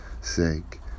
sake